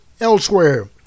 elsewhere